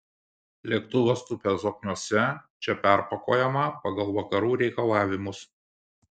lėktuvas tupia zokniuose čia perpakuojama pagal vakarų reikalavimus